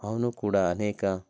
ಅವನೂ ಕೂಡ ಅನೇಕ